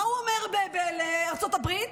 מה הוא אומר לארצות הברית?